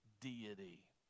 deity